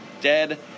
dead